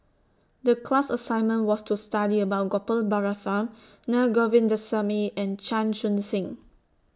The class assignment was to study about Gopal Baratham Na Govindasamy and Chan Chun Sing